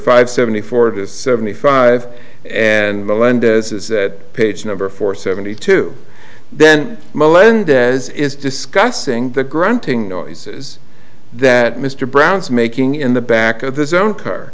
five seventy four to seventy five and melendez is that page number for seventy two then melendez is discussing the grunting noises that mr brown's making in the back of his own car